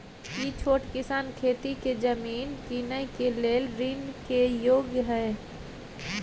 की छोट किसान खेती के जमीन कीनय के लेल ऋण के योग्य हय?